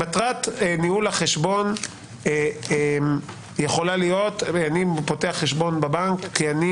מטרת ניהול החשבון יכולה להיות שאני פותח חשבון בבנק כי אני